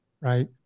Right